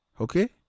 okay